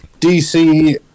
DC